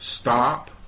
stop